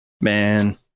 man